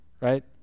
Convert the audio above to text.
right